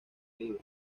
libro